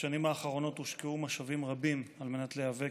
בשנים האחרונות הושקעו משאבים רבים על מנת להיאבק